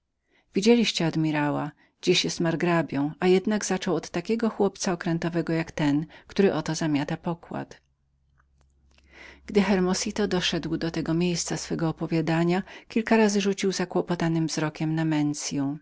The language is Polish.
widzieliście admirała dziś jest margrabią a jednak zaczął od takiego chłopca okrętowego jak ten który oto zamiata pokład gdy hermosito doszedł do tego miejsca kilka razy rzucił niespokojny wzrok